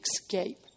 escape